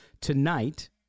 tonight